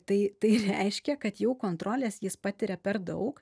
tai tai reiškia kad jau kontrolės jis patiria per daug